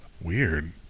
Weird